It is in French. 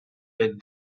les